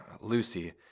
Lucy